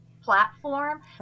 platform